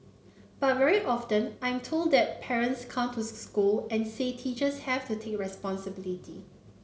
but very often I'm told that parents come to school and say teachers have to take responsibility